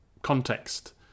context